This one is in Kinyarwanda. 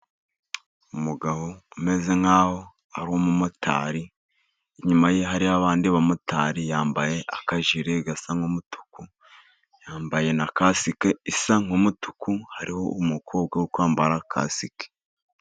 Umugabo umeze nk’aho ari umumotari, inyuma ye hari abandi bamotari. Yambaye akajire gasa n’umutuku, yambaye na kasike isa nk’umutuku. Hariho umukobwa uri kwambara kasike.